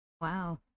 Wow